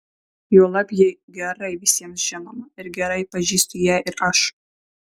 juolab ji gerai visiems žinoma ir gerai pažįstu ją ir aš